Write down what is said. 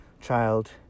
child